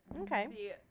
Okay